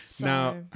Now